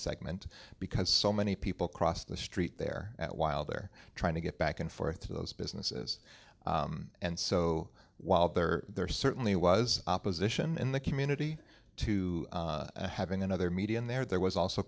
segment because so many people cross the street there while they're trying to get back and forth to those businesses and so while there there certainly was opposition in the community to having another median there there was also